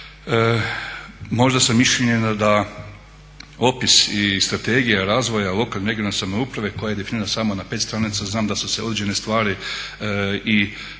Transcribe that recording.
možda sam mišljenja da opis i strategija razvoja lokalne i regionalne samouprave koja je definirana samo na 5 stranica znam da su se određene stvari i